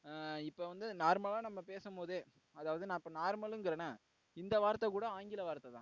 இப்போ வந்து நார்மலாக நம்ம பேசும் போது அதாவது நான் இப்போ நார்மலுங்கிறன்ன இந்த வார்த்தை கூட ஆங்கில வார்த்தை தான்